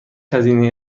هزینه